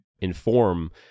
inform